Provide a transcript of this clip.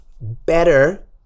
better